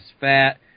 fat